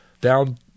down